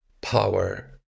power